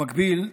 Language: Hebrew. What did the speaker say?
במקביל,